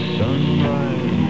sunrise